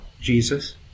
Jesus